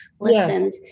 listened